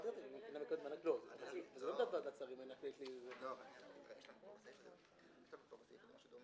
או אם לחלק את זה לכאן או לכאן,